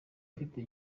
afite